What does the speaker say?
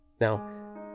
Now